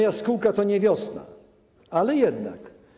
Jaskółka to nie wiosna, ale jednak.